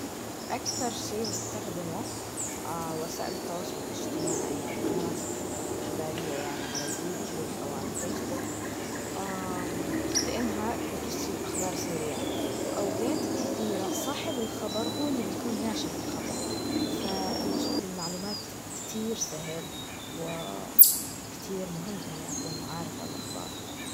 أكثر شي باستخدمه وسائل التواصل الإجتماعي, لقنوات الإخبارية يعني على يوتيوب أو على فيسبوك, لأنها بتوصل الأخبار سريع, وأوقات كثيرة, صاحب الخبر, هو اللي بيكون ناشر الخبر, فالوصول للمعلومات كتير سهل وكتير مهم إني أكون عارف هالأخبار.